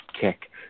kick